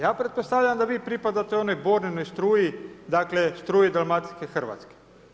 Ja pretpostavljam da vi pripadate onoj borbenoj struji, dakle struji dalmatinske Hrvatske.